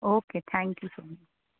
okay thank you so much